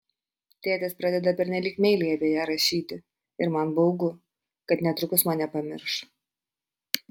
tėtis pradeda pernelyg meiliai apie ją rašyti ir man baugu kad netrukus mane pamirš